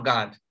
God